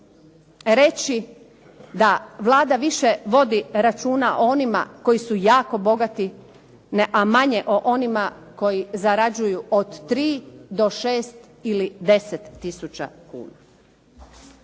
reći da Vlada više vodi računa o onima koji su jako bogati, a manje onima koji zarađuju od 3 do 6 ili 10 tisuća kuna.